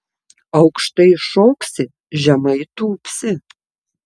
aukštai šoksi žemai tūpsi